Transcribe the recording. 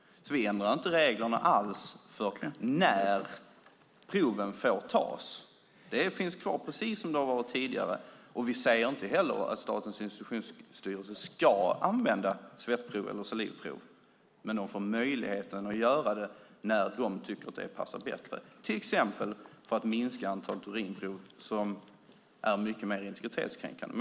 Vi ändrar inte reglerna alls för när proven får tas. De finns kvar precis som de har varit tidigare. Vi säger inte heller att Statens institutionsstyrelse ska använda svettprov eller salivprov, men de får möjligheten att göra det när de tycker att det passar bättre, till exempel för att minska antalet urinprov som är mycket mer integritetskränkande.